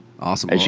Awesome